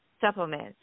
supplements